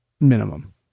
Minimum